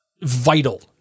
vital